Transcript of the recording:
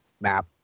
map